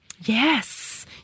Yes